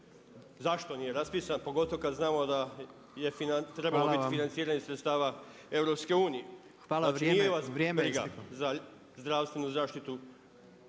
Zašto nije raspisan, pogotovo kada znamo da je trebalo biti financiranje sredstava Europske unije…